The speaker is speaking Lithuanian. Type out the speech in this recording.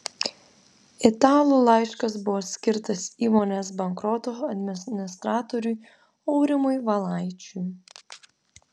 italų laiškas buvo skirtas įmonės bankroto administratoriui aurimui valaičiui